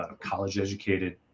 college-educated